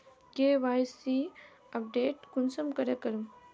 KYC update कुंसम करे करूम?